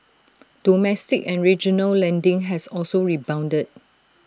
domestic and regional lending has also rebounded